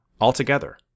altogether